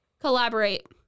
collaborate